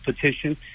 petition